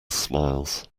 smiles